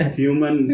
human